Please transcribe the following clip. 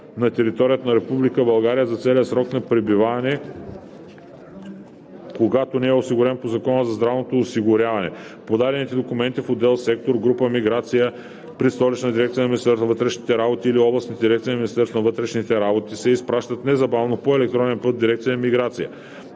на територията на Република България за целия срок на пребиваване, когато не е осигурен по Закона за здравното осигуряване. Подадените документи в отдел/сектор/група „Миграция“ при Столичната дирекция на Министерството на вътрешните работи или областните дирекции на Министерството на вътрешните работи се изпращат незабавно по електронен път в дирекция „Миграция“.